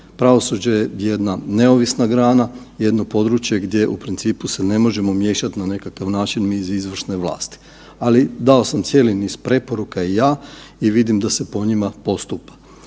Pravosuđe je jedna neovisna grana, jedno područje gdje u principu, se ne možemo miješati na nekakav način mi iz izvršne vlasti, ali, dao sam cijeli niz preporuka i ja i vidim da se po njima postupa.